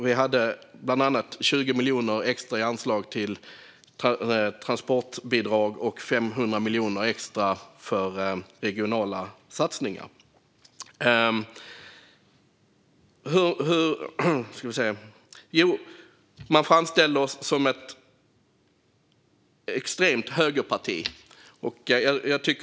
Vi hade bland annat 20 miljoner extra i anslag till transportbidrag och 500 miljoner extra till regionala satsningar. Man framställer oss som ett extremt högerparti.